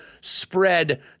spread